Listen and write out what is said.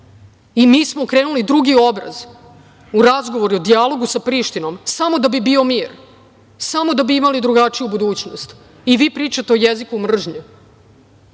smo okrenuli drugi obraz u razgovoru, dijalogu sa Prištinom samo da bi bio mir, samo da bi imali drugačiju budućnost, i vi pričate o jeziku mržnje.